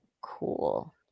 Cool